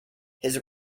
his